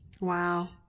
Wow